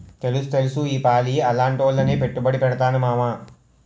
తెలుస్తెలుసు ఈపాలి అలాటాట్లోనే పెట్టుబడి పెడతాను మావా